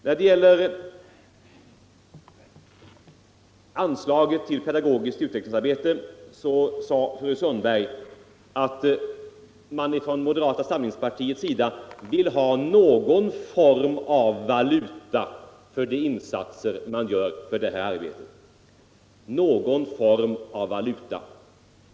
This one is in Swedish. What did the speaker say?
När det gäller anslaget till pedagogiskt utvecklingsarbete sade fru Sundberg att man från moderata samlingspartiets sida vill ha någon form av valuta för de insatser man gör för det här arbetet.